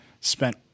spent